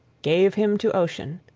gave him to ocean.